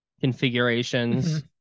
configurations